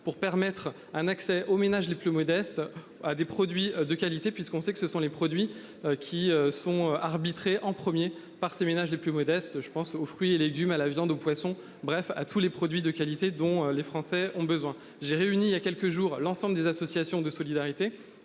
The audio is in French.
pour permettre un accès aux ménages les plus modestes à des produits de qualité puisqu'on sait que ce sont les produits qui sont arbitrées en 1er par ces ménages les plus modestes. Je pense aux fruits et légumes à la viande au poisson, bref à tous les produits de qualité dont les Français ont besoin. J'ai réuni il y a quelques jours, l'ensemble des associations de solidarité